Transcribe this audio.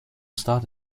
starred